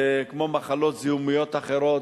כמו מחלות זיהומיות אחרות,